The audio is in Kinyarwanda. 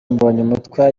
mbonyumutwa